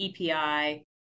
epi